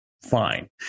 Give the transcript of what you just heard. fine